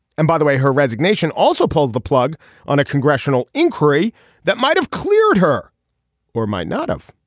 and by the way her resignation also pulls the plug on a congressional inquiry that might have cleared her or might not have.